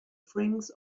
fringes